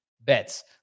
bets